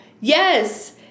yes